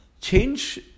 Change